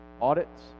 Audits